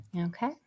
Okay